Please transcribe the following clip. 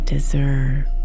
deserve